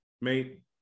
mate